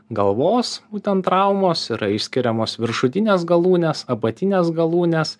galvos būtent traumos yra išskiriamos viršutinės galūnės apatinės galūnės